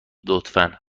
لطفا